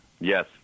Yes